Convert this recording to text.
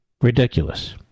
Ridiculous